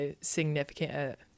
significant